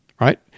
right